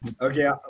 okay